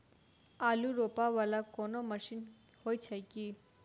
आलु रोपा वला कोनो मशीन हो छैय की?